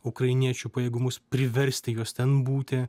ukrainiečių pajėgumus priversti juos ten būti